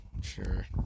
Sure